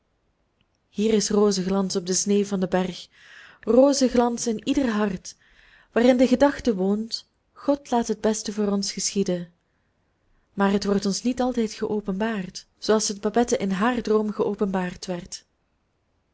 hier is rozenglans op de sneeuw van den berg rozenglans in ieder hart waarin de gedachte woont god laat het beste voor ons geschieden maar het wordt ons niet altijd geopenbaard zooals het babette in haar droom geopenbaard werd